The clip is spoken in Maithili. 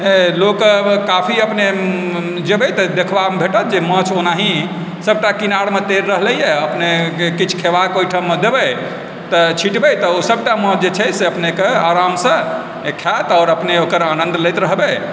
लोक काफी अपने जेबै तऽ देखबामे भेटत जे माछ ओनाही सबटा किनारमे तैर रहलैए अपनेके किछु खैबाके ओहिठाम देबै तऽ छिटबै तऽ ओ सबटा माछ जे छै से अपनेके आरामसँ खायत आओर अपने ओकर आनन्द लैत रहबै